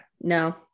no